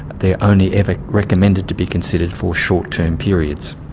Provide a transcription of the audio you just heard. they are only ever recommended to be considered for short term periods.